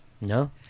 No